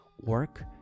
work